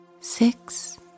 six